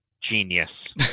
genius